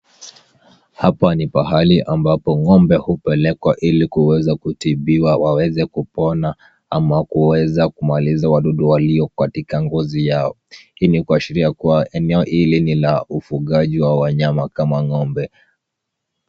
Hapa ni pahali ambapo ng'ombe hupelekwa ili kuweza kutibiwa waweze kupona ama kuweza kumaliza wadudu walio katika ngozi yao. Hii ni kuashiria kuwa eneo hili ni la ufugaji wa wanyama kama ng'ombe.